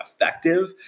effective